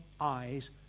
eyes